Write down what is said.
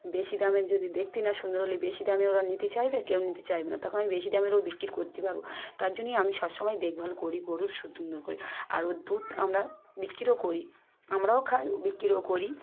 বেশি দামের যদি দেখতে না সুন্দর হলে বেশি দামে ওরা নিতে চাইবে কেউ নিতে চাইবে না তখন আমি বেশি দামেরও বিক্রি করতে পারব তার জন্যই আমি সব সময় দেখ ভাল করি গরুর সু সুন্দর করে আর ও দুধ আমরা বিক্রিরও করি আমরাও খাই বিক্রিও করি